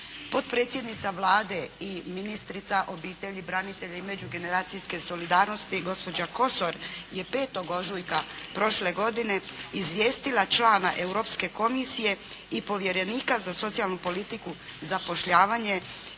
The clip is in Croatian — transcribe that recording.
Potpredsjednica Vlade i ministrica obitelji, branitelja i međugeneracijske solidarnosti gospođa Kosor je 5. ožujka prošle godine izvijestila člana Europske komisije i povjerenika za socijalnu politiku, zapošljavanje